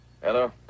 Hello